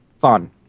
fun